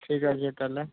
ঠিক আছে তাহলে